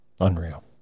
Unreal